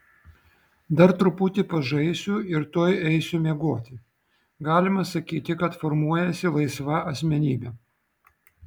dar truputį pažaisiu ir tuoj eisiu miegoti galima sakyti kad formuojasi laisva asmenybė